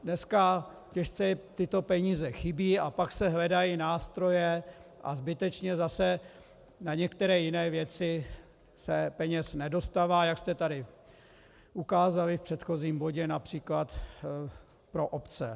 Dneska těžce tyto peníze chybějí a pak se hledají nástroje a zbytečně zase na některé jiné věci se peněz nedostává, jak jste tady ukázali v předchozím bodě například pro obce.